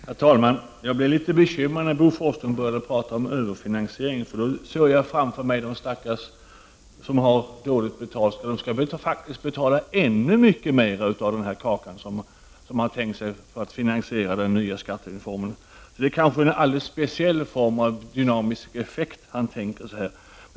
Herr talman! Jag blev litet bekymrad när Bo Forslund började prata om överfinansiering. Då såg jag framför mig de stackars människor som har dåligt betalt och som faktiskt skall betala ännu mera av den kaka som man tänkt sig när det gäller att finansiera den nya skattereformen. Det är kanske en alldeles speciell dynamisk effekt han tänker sig här.